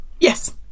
Yes